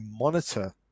monitor